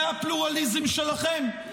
זה הפלורליזם שלכם?